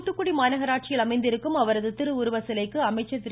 தூத்துக்குடி மாநகராட்சியில் அமைந்திருக்கும் அவரது திருவுருவச்சிலைக்கு அமைச்சர் திரு